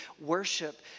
Worship